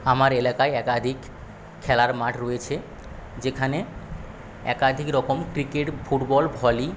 আমার এলাকায় একাধিক খেলার মাঠ রয়েছে যেখানে একাধিক রকম ক্রিকেট ফুটবল ভলি